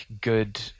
good